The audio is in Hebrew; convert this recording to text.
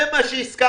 זה מה שהסכמתי,